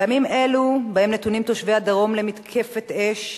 בימים אלו, שבהם נתונים תושבי הדרום למתקפת אש,